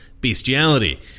bestiality